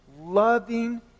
loving